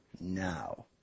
now